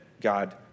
God